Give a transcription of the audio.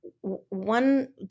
one